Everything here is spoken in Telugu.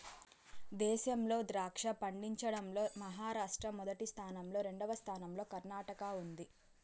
దేశంలో ద్రాక్ష పండించడం లో మహారాష్ట్ర మొదటి స్థానం లో, రెండవ స్థానం లో కర్ణాటక ఉంది